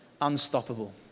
unstoppable